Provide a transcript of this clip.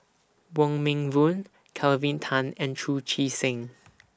Wong Meng Voon Kelvin Tan and Chu Chee Seng